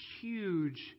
huge